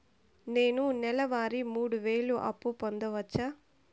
నేను నెల వారి మూడు వేలు అప్పు పొందవచ్చా?